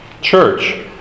church